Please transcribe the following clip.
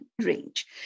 range